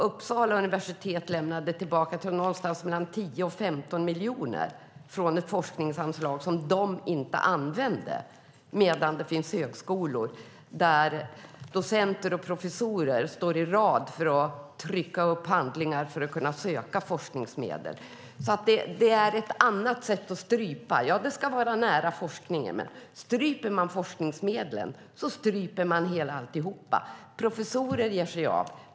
Uppsala universitet lämnade tillbaka, tror jag, någonstans mellan 10 och 15 miljoner från ett forskningsanslag som de inte använde. Samtidigt finns det högskolor där docenter och professorer står på rad för att trycka upp handlingar för att kunna söka forskningsmedel. Det är ett annat sätt att strypa. Ja, det ska vara nära forskningen, men stryper man forskningsmedlen stryper man alltihop. Professorer ger sig av.